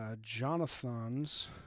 Jonathan's